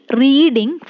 reading